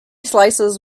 slices